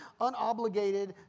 unobligated